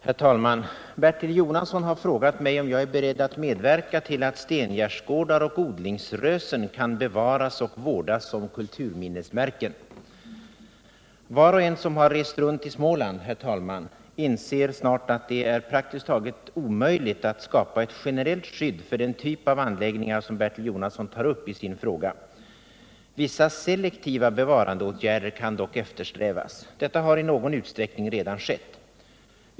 Herr talman! Bertil Jonasson har frågat mig om jag är beredd att medverka till att stengärdesgårdar och odlingsrösen kan bevaras och vårdas som kulturminnesmärken. Var och en som har rest runt i Småland inser snart att det är praktiskt omöjligt att skapa ett generellt skydd för den typ av anläggningar som Bertil Jonasson tar upp i sin fråga. Vissa selektiva bevarandeåtgärder kan dock eftersträvas. Detta har i någon utsträckning redan skett.